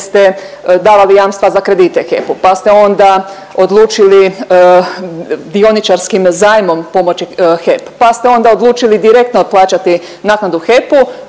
ste davali jamstva za kredite HEP-u, pa ste onda odlučili dioničarskim zajmom pomoći HEP, pa ste onda odlučili direktno plaćati naknadu HEP-u